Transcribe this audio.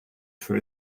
for